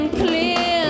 clear